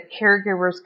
caregivers